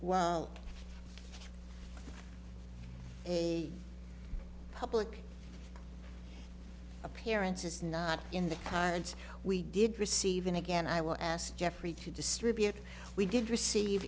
well public appearances not in the cards we did receive and again i will ask jeffrey to distribute we did receive